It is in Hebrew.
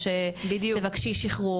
או שתבקשי שחרור,